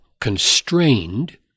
constrained